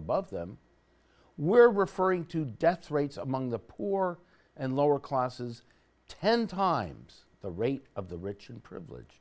above them we're referring to death rates among the poor and lower classes ten times the rate of the rich and privileged